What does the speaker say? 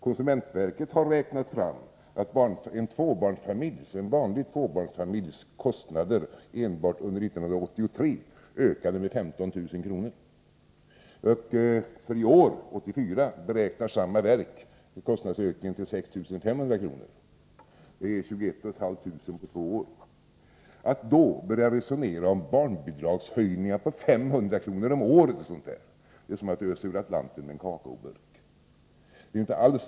Konsumentverket har räknat fram att en vanlig tvåbarnsfamiljs kostnader enbart under 1983 ökade med 11 000 kr. För år 1984 beräknar samma verk kostnadsökningen till 6 500 kr. Det blir 17 500 kr. på två år. Att då börja resonera om barnbidragshöjningar på 500 kr. om året är som att ösa ur Atlanten med en kakaoburk.